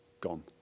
gone